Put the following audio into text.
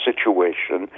situation